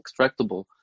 extractable